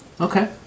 Okay